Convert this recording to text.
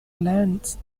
lands